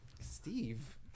Steve